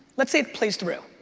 let's say it plays through.